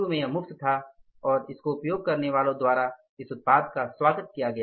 शुरू में यह मुफ्त था और इसको उपयोग करनेवालों द्वारा इस उत्पाद का स्वागत किया गया